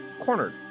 cornered